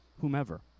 whomever